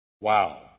Wow